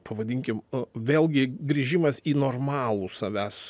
pavadinkim vėlgi grįžimas į normalų savęs